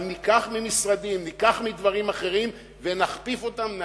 אבל ניקח ממשרדים וניקח מדברים אחרים